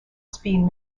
speed